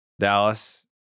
Dallas